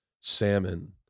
salmon